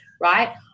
right